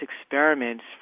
experiments